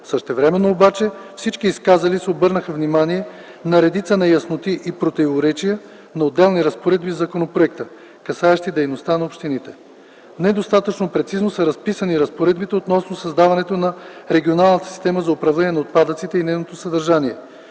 Същевременно обаче всички изказали се обърнаха внимание на редица неясноти и противоречия на отделни разпоредби в законопроекта, касаещи дейността на общините. Недостатъчно прецизно са разписани разпоредбите относно създаването на регионалната система за управление на отпадъците и нейното съдържание.